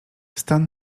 stan